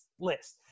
list